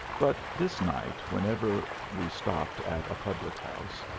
but this night, whenever we stopped at a public house,